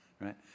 right